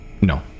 No